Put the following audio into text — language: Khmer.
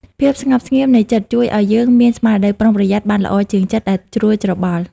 ភាពស្ងប់ស្ងៀមនៃចិត្តជួយឱ្យយើងមានស្មារតីប្រុងប្រយ័ត្នបានល្អជាងចិត្តដែលជ្រួលច្របល់។